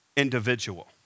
individual